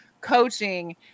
coaching